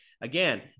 Again